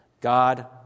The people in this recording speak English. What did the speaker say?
God